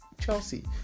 chelsea